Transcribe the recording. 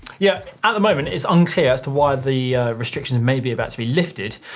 yeah. at the moment it's unclear as to why the restrictions may be about to be lifted,